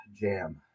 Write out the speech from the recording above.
jam